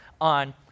on